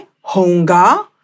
Honga